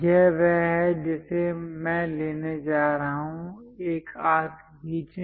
यह वह है जिसे मैं लेने जा रहा हूं एक आर्क खींचे